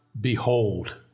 behold